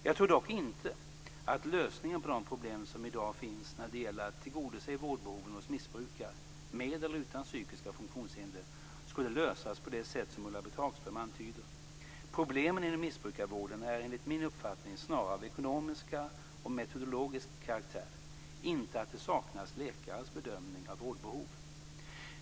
Jag tror dock inte att lösningen på de problem som i dag finns när det gäller att tillgodose vårdbehoven hos missbrukare, med eller utan psykiska funktionshinder, skulle lösas på det sätt som Ulla-Britt Hagström antyder. Problemen inom missbrukarvården är enligt min uppfattning snarare av ekonomisk och metodologisk karaktär, inte att det saknas läkares bedömning av vårdbehov.